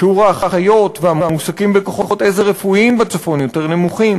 שיעור האחיות והמועסקים בכוחות עזר רפואיים בצפון יותר נמוך,